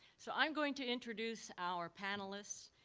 so i'm going to introduce our panelists,